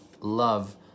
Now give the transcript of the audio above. love